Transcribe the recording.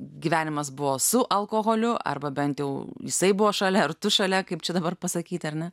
gyvenimas buvo su alkoholiu arba bent jau jisai buvo šalia ar tu šalia kaip čia dabar pasakyti ar ne